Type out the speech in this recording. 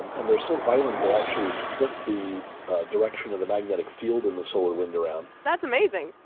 and they're so violent they actually flip the direction of the magnetic field in the solar wind around that's amazing.